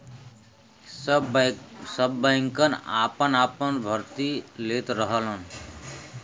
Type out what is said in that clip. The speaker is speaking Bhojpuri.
सब बैंकन आपन आपन भर्ती लेत रहलन